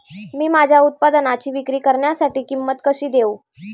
मी माझ्या उत्पादनाची विक्री करण्यासाठी किंमत कशी देऊ?